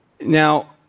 Now